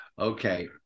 Okay